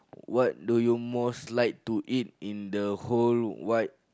what do you most like to eat in the whole wide